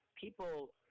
people